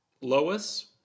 Lois